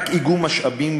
רק איגום משאבים